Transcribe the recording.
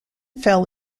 fell